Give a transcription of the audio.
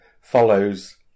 follows